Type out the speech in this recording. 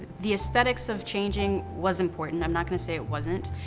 the aesthetics of changing was important. i'm not gonna say it wasn't,